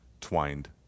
twined